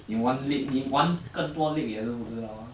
你玩 league 你玩更多 league 也是不知道吗